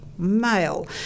male